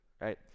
right